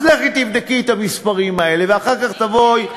אז לכי תבדקי את המספרים האלה ואחר כך תבואי,